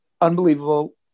unbelievable